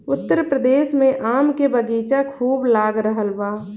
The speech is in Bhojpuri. उत्तर प्रदेश में आम के बगीचा खूब लाग रहल बा